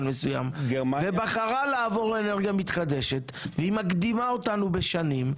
מסוים ובחרה לעבור לאנרגיה מתחדשת והיא מקדימה אותנו בשנים.